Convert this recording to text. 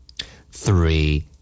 three